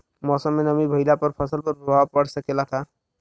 मौसम में नमी भइला पर फसल पर प्रभाव पड़ सकेला का?